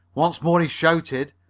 once more he shouted,